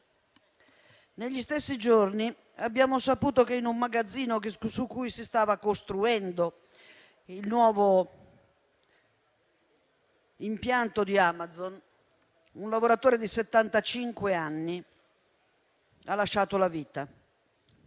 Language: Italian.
Negli stessi giorni, abbiamo saputo che, in un magazzino su cui si stava costruendo il nuovo impianto di Amazon, un lavoratore di settantacinque anni ha lasciato la vita.